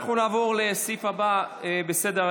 אנחנו נעבור לסעיף הבא בסדר-היום.